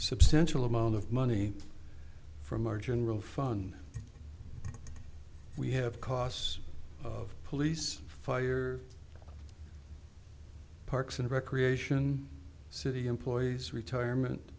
substantial amount of money from our general fund we have costs of police fire parks and recreation city employees retirement